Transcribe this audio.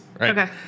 Okay